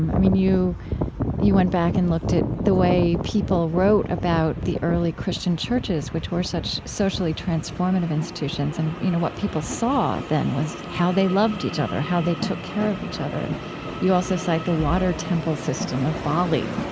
i mean, you you went back and looked at the way people wrote about the early christian churches, which were such socially transformative institutions, and, you know, what people saw then was how they loved each other, how they took care of each other. and you also cite the water temple system of bali